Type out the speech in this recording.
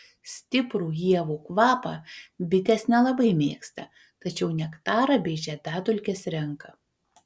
stiprų ievų kvapą bitės nelabai mėgsta tačiau nektarą bei žiedadulkes renka